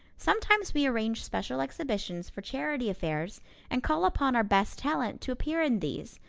sometimes we arrange special exhibitions for charity affairs and call upon our best talent to appear in these.